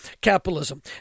capitalism